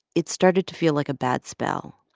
it started to feel like a bad spell.